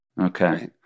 Okay